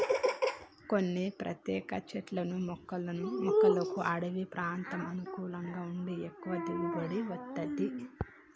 కొన్ని ప్రత్యేక చెట్లను మొక్కలకు అడివి ప్రాంతం అనుకూలంగా ఉండి ఎక్కువ దిగుబడి వత్తది